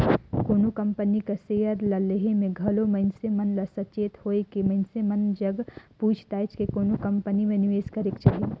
कोनो कंपनी कर सेयर ल लेहे में घलो मइनसे मन ल सचेत होएके मइनसे मन जग पूइछ ताएछ के कोनो कंपनी में निवेस करेक चाही